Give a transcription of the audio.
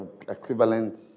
equivalent